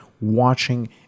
watching